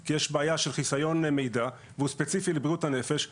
כי יש בעיה של חיסיון מידע והוא ספציפי לבריאות הנפש,